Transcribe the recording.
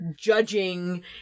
judging